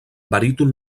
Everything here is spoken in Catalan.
baríton